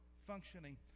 functioning